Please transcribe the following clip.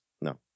No